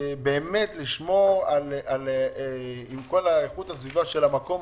באמת לשמור על איכות הסביבה של המקום?